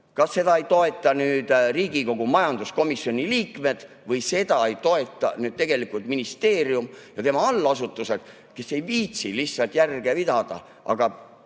Kas seda ei toeta Riigikogu majanduskomisjoni liikmed või seda ei toeta tegelikult ministeerium ja tema allasutused, kes ei viitsi lihtsalt järge pidada?